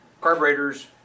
Carburetors